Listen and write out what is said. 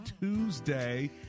Tuesday